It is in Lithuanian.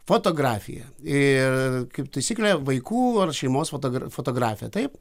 fotografija ir kaip taisyklė vaikų ar šeimos fotogr fotografija taip